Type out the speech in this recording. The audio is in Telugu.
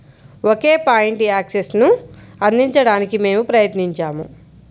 ఒకే పాయింట్ యాక్సెస్ను అందించడానికి మేము ప్రయత్నించాము